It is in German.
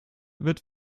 wird